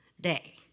day